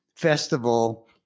festival